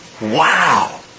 Wow